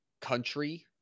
country